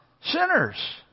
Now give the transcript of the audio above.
sinners